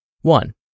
One